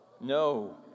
No